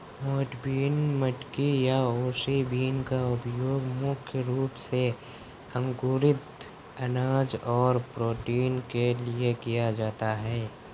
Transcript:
मोठ बीन, मटकी या ओस बीन का उपयोग मुख्य रूप से अंकुरित अनाज और प्रोटीन के लिए किया जाता है